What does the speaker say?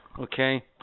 Okay